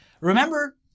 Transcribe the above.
Remember